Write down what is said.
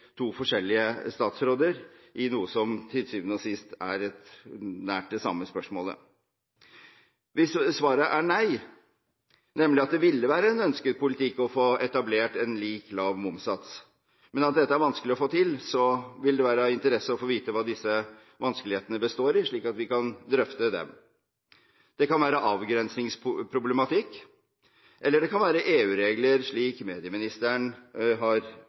syvende og sist er det samme spørsmålet. Hvis svaret er nei, nemlig at det ville være ønsket politikk å få etablert lik lav momssats, men at dette er vanskelig å få til, ville det være av interesse å få vite hva disse vanskelighetene består i, slik at vi kan drøfte dem. Det kan være avgrensningsproblematikk, eller det kan være EU-regler, slik medieministeren har